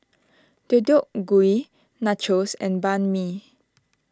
Deodeok Gui Nachos and Banh Mi